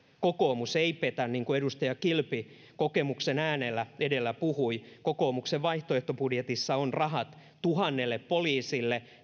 kokoomus ei petä niin kuin edustaja kilpi kokemuksen äänellä edellä puhui kokoomuksen vaihtoehtobudjetissa on rahat tuhannelle poliisille